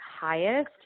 highest